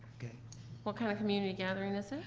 what kind of community gathering is it?